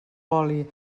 oli